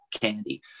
candy